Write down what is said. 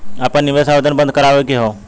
आपन निवेश आवेदन बन्द करावे के हौ?